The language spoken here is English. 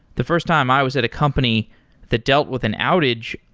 the first time i was at a company that dealt with an outage,